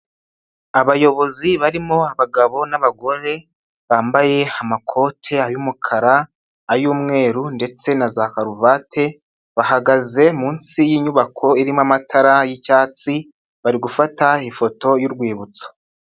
Abayobozi barimo abagabo n'abagore bambaye amakote ay'umukara, ay'umweru ndetse na za karuvate bahagaze munsi y'inyubako irimo amatara y'icyatsi bari gufata ifoto y'urwibutso.